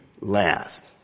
last